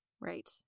right